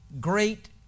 great